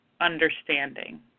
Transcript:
understanding